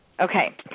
Okay